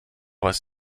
was